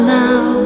now